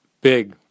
Big